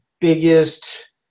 biggest